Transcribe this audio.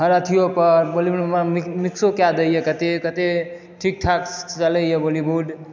हर अथियोपर बॉलीवुडमे मिक्सो कऽ दैए कतेक कतेक ठीक ठाक चलैए बॉलीवुड